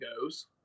goes